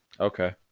Okay